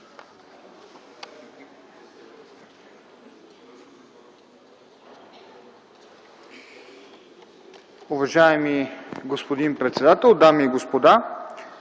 Уважаеми господин председател, дами и господа!